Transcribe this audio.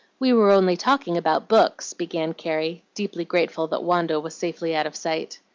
we were only talking about books, began carrie, deeply grateful that wanda was safely out of sight.